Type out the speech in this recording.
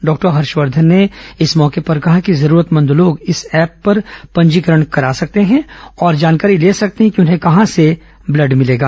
doctor Harshvardhan ने इस अवसर पर कहा कि जरूरतमंद लोग इस ऐप पर पंजीकरण करा सकते हैं और जानकारी ले सकते हैं कि उन्हें कहां से ब्लड भिलेगा